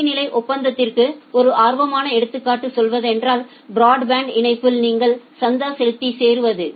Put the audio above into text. சேவை நிலை ஒப்பந்தத்திற்கு ஒரு ஆர்வமான எடுத்துக்காட்டு சொல்வதென்றால் பிராட்பேண்ட்இணைப்பில் நீங்கள் சந்தா செலுத்தி சேருவது